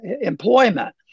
employment